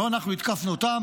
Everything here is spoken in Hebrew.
לא אנחנו התקפנו אותם,